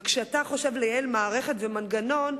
וכשאתה חושב לייעל מערכת ומנגנון,